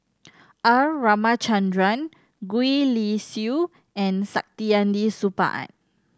R Ramachandran Gwee Li Sui and Saktiandi Supaat